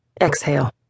exhale